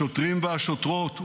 השוטרים והשוטרות ומפקדיהם,